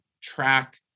track